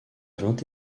vingt